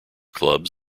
clubs